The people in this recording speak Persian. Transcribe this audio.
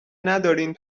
ندارین